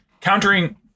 countering